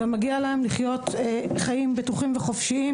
ומגיע להם לחיות חיים בטוחים וחופשיים,